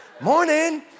Morning